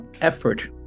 effort